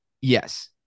Yes